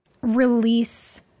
release